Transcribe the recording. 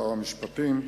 שר המשפטים,